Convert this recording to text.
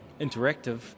interactive